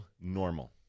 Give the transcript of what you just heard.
normal